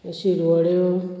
शिरवळ्यो